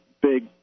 big